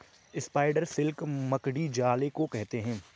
spider silk मकड़ी जाले को कहते हैं